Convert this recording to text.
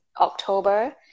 october